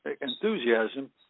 enthusiasm